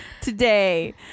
today